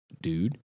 dude